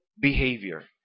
behavior